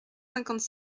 cinquante